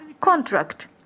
contract